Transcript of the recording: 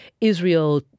Israel